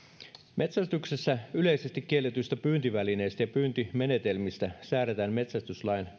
metsästyksessä yleisesti kielletyistä pyyntivälineistä ja pyyntimenetelmistä säädetään metsästyslain